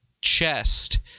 chest